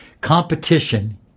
Competition